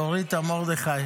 תוריד את מרדכי.